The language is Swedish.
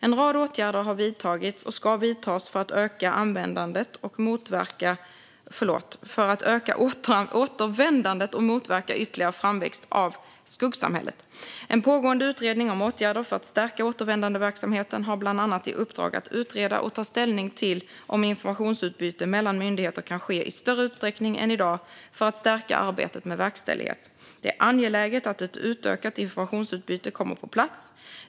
En rad åtgärder har vidtagits och ska vidtas för att öka återvändandet och motverka ytterligare framväxt av skuggsamhället. En pågående utredning om åtgärder för att stärka återvändandeverksamheten har bland annat i uppdrag att utreda och ta ställning till om informationsutbyte mellan myndigheter kan ske i större utsträckning än i dag för att stärka arbetet med verkställighet. Det är angeläget att ett utökat informationsutbyte kommer på plats.